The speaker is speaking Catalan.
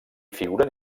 figuren